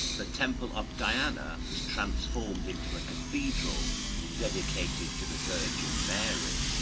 the temple of diana was transformed into a cathedral dedicated to the virgin mary